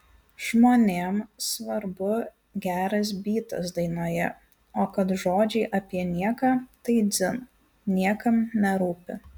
žmonėm svarbu geras bytas dainoje o kad žodžiai apie nieką tai dzin niekam nerūpi